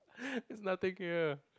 there's nothing here